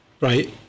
Right